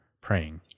praying